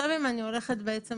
אם אני הולכת עכשיו